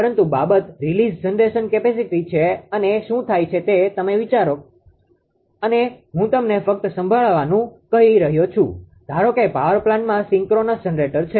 પહેલી બાબત release generation કેપેસીટીrelease generation capacityમુક્ત થતી ઉત્પાદન ક્ષમતા છે અને શું થાય છે તે તમે વિચારો છો અને હું તમને ફક્ત સાંભળવાનું કહી રહ્યો છું ધારો કે પાવર પ્લાન્ટમાં સિંક્રોનસ જનરેટર છે